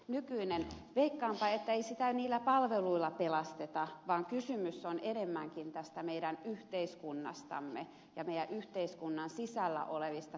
veikkaanpa että ei sitä niillä palveluilla pelasteta vaan kysymys on enemmänkin tästä meidän yhteiskunnastamme ja meidän yhteiskuntamme sisällä olevista toimintamalleista